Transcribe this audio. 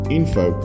info